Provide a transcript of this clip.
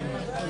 בהקמה,